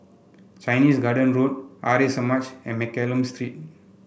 Chinese Garden Road Samaj and Mccallum Street